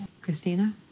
Christina